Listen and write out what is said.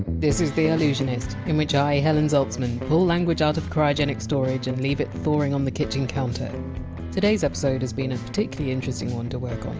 this is the allusionist, in which i, helen zaltzman, pull language out of cryogenic storage and leave it thawing on the kitchen counter today! s episode has been a particularly interesting one to work on.